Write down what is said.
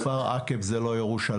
כפר עקב זה לא ירושלים,